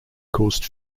caused